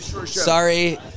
Sorry